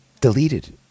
deleted